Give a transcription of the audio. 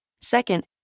Second